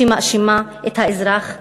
שמאשימה את האזרח שסובל.